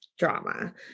drama